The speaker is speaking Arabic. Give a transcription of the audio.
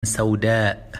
سوداء